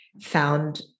found